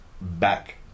back